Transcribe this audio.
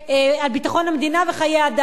ביטחון המדינה וחיי אדם.